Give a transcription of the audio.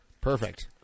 Perfect